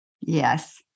Yes